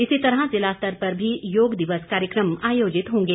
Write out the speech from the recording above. इसी तरह जिला स्तर पर भी योग दिवस कार्यक्रम आयोजित होंगे